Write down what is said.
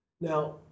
Now